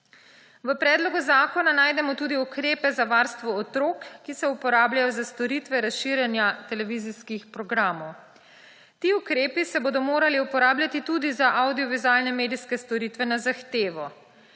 V predlogu zakona najdemo tudi ukrepe za varstvo otrok, ki se uporabljajo za storitve razširjenja televizijskih programov. Ti ukrepi se bodo morali uporabljati tudi za avdiovizualne medijske storitve na zahtevo.